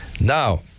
Now